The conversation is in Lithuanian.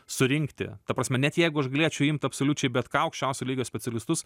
surinkti ta prasme net jeigu aš galėčiau imt absoliučiai bet ką aukščiausio lygio specialistus